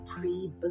pre